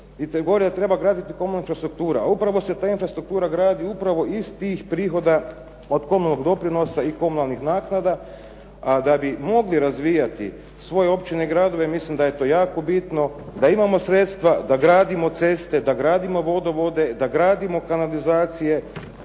… /Govornik se ne razumije./… a upravo se ta infrastruktura gradi iz tih prihoda od komunalnog doprinosa i komunalnih naknada. A da bi mogli razvijati svoje općine i gradove, mislim da je to jako bitno da imamo sredstva, da gradimo ceste, da gradimo vodovode, da gradimo kanalizacije,